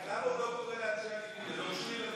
רק למה הוא לא קורא לאנשי הליכוד?